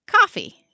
coffee